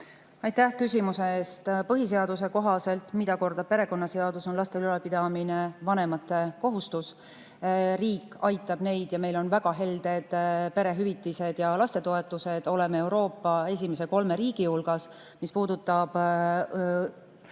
Aitäh küsimuse eest! Põhiseaduse kohaselt ja nagu kordab perekonnaseadus, on laste ülalpidamine vanemate kohustus. Riik aitab neid. Meil on väga helded perehüvitised ja lastetoetused, oleme Euroopa esimese kolme riigi hulgas. Mis puudutab